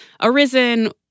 arisen